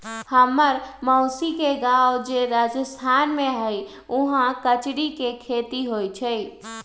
हम्मर मउसी के गाव जे राजस्थान में हई उहाँ कचरी के खेती होई छई